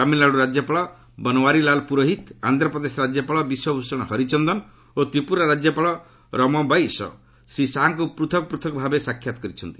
ତାମିଲନାଡୁ ରାଜ୍ୟପାଳ ବନବାରୀଲାଲ ପୁରୋହିତ ଆନ୍ଧ୍ରପ୍ରଦେଶ ରାଜ୍ୟପାଳ ବିଶ୍ୱଭୂଷଣ ହରିଚନ୍ଦନ ଓ ତ୍ରିପୁରା ରାଜ୍ୟପାଳ ରମେଶ ବୈଶ ଶ୍ରୀ ଶାହାଙ୍କୁ ପୃଥକ ପୃଥକ ଭାବେ ସାକ୍ଷାତ କରିଛନ୍ତି